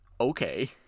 Okay